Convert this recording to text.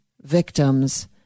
victims